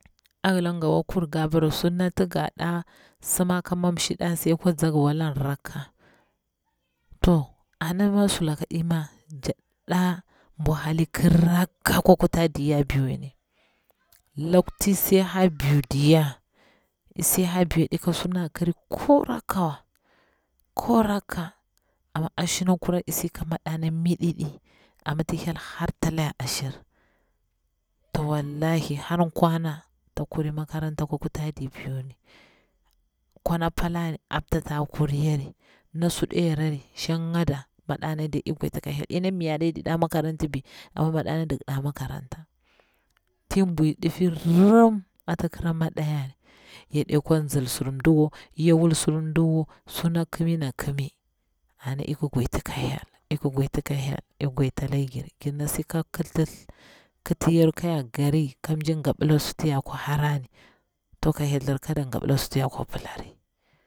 A hila nga wakur nga bra sunati nga ɗa msima ka mamshi ɗa si akwa nznga, walon rakka, to anama sulaka ɗi jakti ɗa buhdi kiri rakka aka kuta diya biu ni, laku ti si ha biu diya, isi a biu yoɗi ka surna akiri ko rakka wa, ko rakka, amma ashina kurari isi ka maɗa na miɗiɗi amma hyel hartala yaro ashir to wallahi har kwana kuri makaranta akwa kutadir biu mi, kwana palani apta ta kuriyari, na suɗa yarari shanga daa madana diya ik gwaditi aka hyel, ina miya ɗa yaɗi da makaranti bi amma madana dak ɗa makaranta ti bwi difi rim ata kira maɗa yani ya ɗekwa sil sur midi wa, ya wul sur mdiwa, suna kimi, na kimi ana ik gwadita ka hyel, ka gwadita ka hyel, ik gwadita ka hyel, ik gwadita ala ngiri gir nasi ka ƙiti yaru kaya gori, ka mji ngabila suti yakwa kwa harari ta ka hyel tharra kada gabila suti yakwa pilani.